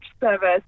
service